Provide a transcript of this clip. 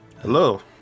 Hello